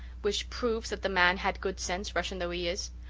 which proves that the man had good sense, russian though he is?